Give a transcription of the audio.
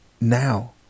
now